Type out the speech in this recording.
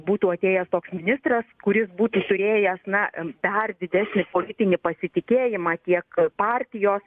būtų atėjęs toks ministras kuris būtų turėjęs na dar didesnį politinį pasitikėjimą tiek partijos